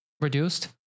reduced